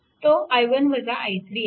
तो आहे